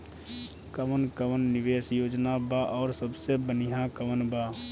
कवन कवन निवेस योजना बा और सबसे बनिहा कवन बा?